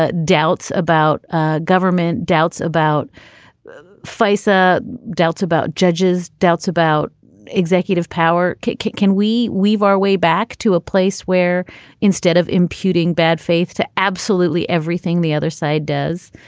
ah doubts about ah government, doubts about fisa, doubts about judges, doubts about executive power can can we weave our way back to a place where instead of imputing bad faith to absolutely everything the other side does.